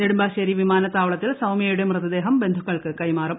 നെടുമ്പാശേരി വിമാനത്താവളത്തിൽ സൌമൃയുടെ മൃതദേഹം ബന്ധുക്കൾക്ക് കൈമാറും